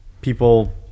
people